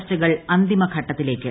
ചർച്ചകൾ അന്തിമ ഘട്ടത്തിലേക്ക്